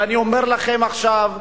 ואני אומר לכם עכשיו: